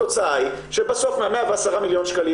התוצאה היא שבסוף מה-110 מיליון שקלים